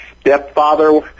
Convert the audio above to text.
stepfather